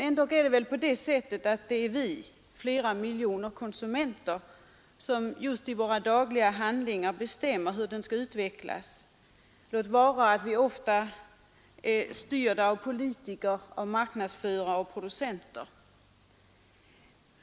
Ändock är det vi, flera miljoner konsumenter, som i våra dagliga handlingar bestämmer hur den skall utvecklas — låt vara att vi ofta är styrda av politiker, marknadsförare och producenter.